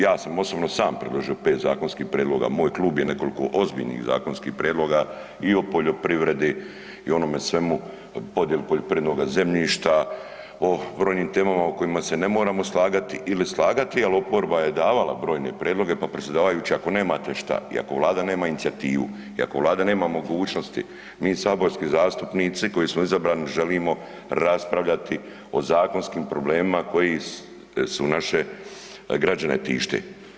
Ja sam osobno sam predložio 5 zakonskih prijedloga, moj klub je nekoliko ozbiljnih zakonskih prijedloga i o poljoprivredi i o onome svemu, podijeli poljoprivrednoga zemljišta o brojnim temama o kojima se ne moramo slagati ili slagati, ali oporba je davala brojne prijedloge pa predsjedavajući ako nemate šta i ako Vlada nema inicijativu i ako Vlada nema mogućnosti mi saborski zastupnici koji smo izabrani želimo raspravljati o zakonskim problemima koji su naše građane tište.